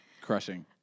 crushing